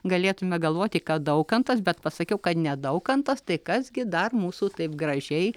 galėtume galvoti kad daukantas bet pasakiau kad ne daukantas tai kas gi dar mūsų taip gražiai